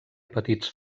petits